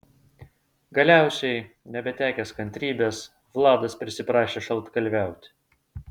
galiausiai nebetekęs kantrybės vladas prisiprašė šaltkalviauti